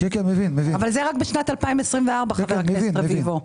רק בשנת 2024, חבר הכנסת רביבו.